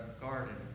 garden